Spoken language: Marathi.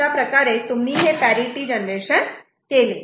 अशाप्रकारे तुम्ही हे पॅरिटि जनरेशन केले